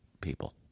people